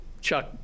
Chuck